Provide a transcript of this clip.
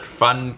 fun